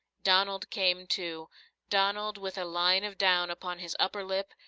donald came, too donald, with a line of down upon his upper lip,